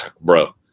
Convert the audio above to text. Bro